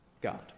God